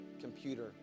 computer